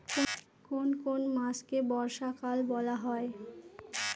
কোন কোন মাসকে বর্ষাকাল বলা হয়?